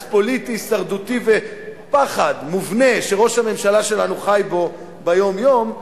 פוליטי הישרדותי ופחד מובנה שראש הממשלה שלנו חי בו ביום-יום,